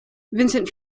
vincent